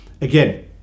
Again